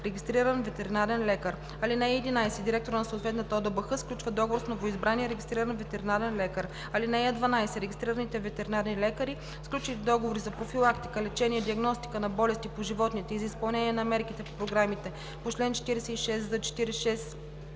регистриран ветеринарен лекар. (11) Директорът на съответната ОДБХ сключва договор с новоизбрания регистриран ветеринарен лекар. (12) Регистрираните ветеринарни лекари, сключили договори за профилактика, лечение и диагностика на болести по животните и за изпълнение на мерките по програмите по чл. 46з, 46и